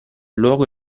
luogo